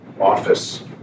office